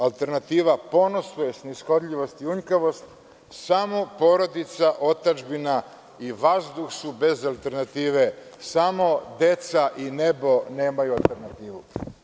Alternativa ponosu je snishodljivost i unjkavost, samo porodica, otadžbina i vazduh su bez alternative, samo deca i nebo nemaju alternativu.